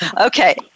Okay